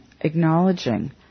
acknowledging